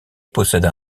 possède